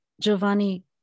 Giovanni